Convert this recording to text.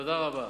תודה רבה.